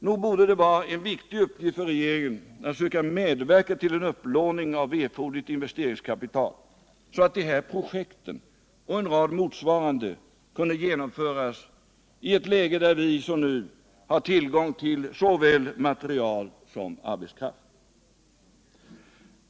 Nog borde det vara en viktig uppgift för regeringen att söka medverka till en upplåning av erforderligt investeringskapital, så att de här projekten och en rad motsvarande kunde genomföras i ett läge där vi, som nu, har tillgång till såväl material som arbetskraft.